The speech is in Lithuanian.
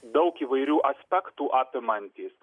daug įvairių aspektų apimantys